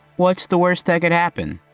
what's the worst that could happen?